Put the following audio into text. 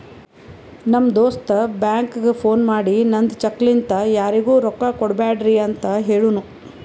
ನಮ್ ದೋಸ್ತ ಬ್ಯಾಂಕ್ಗ ಫೋನ್ ಮಾಡಿ ನಂದ್ ಚೆಕ್ ಲಿಂತಾ ಯಾರಿಗೂ ರೊಕ್ಕಾ ಕೊಡ್ಬ್ಯಾಡ್ರಿ ಅಂತ್ ಹೆಳುನೂ